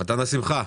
חתן השמחה,